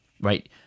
right